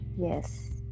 Yes